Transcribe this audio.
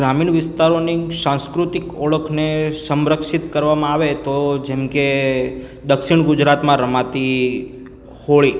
ગ્રામીણ વિસ્તારોની સાંસ્કૃતિક ઓળખને સંરક્ષિત કરવામાં આવે તો જેમકે દક્ષિણ ગુજરાતમાં રમાતી હોળી